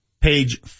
Page